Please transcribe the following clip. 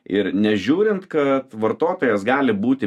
ir nežiūrint kad vartotojas gali būti